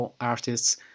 artists